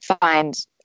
find